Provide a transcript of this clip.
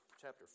chapter